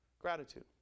gratitude